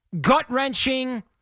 gut-wrenching